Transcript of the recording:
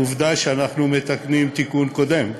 עובדה שאנחנו מתקנים תיקון קודם,